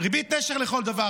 ריבית נשך לכל דבר.